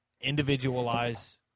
individualize